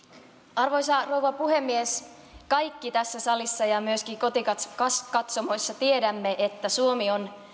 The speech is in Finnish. arvoisa rouva puhemies kaikki tässä salissa ja myöskin kotikatsomoissa kotikatsomoissa tiedämme että suomi on